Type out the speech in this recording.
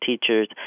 teachers